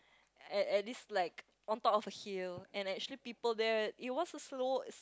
at at this like on top of hill and actually people there it was a slow